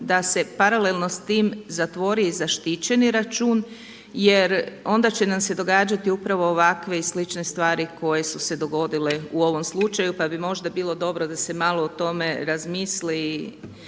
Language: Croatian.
da se paralelno s tim zatvori i zaštićeni račun jer onda će nam se događati upravo ovakve i slične stvari koje su se dogodile u ovom slučaju. Pa bi možda bilo dobro da se malo o tome razmisli